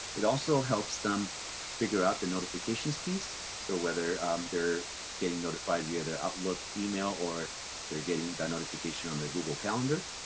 it also helps them figure out the notifications piece. so whether they're getting notified via their outlook email, or they're getting that notification on their google calendar,